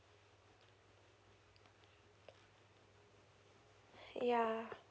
yeah